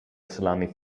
salami